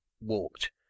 walked